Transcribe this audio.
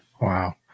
Wow